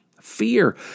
fear